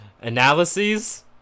Analyses